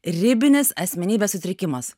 ribinis asmenybės sutrikimas